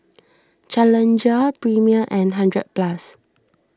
Challenger Premier and hundred Plus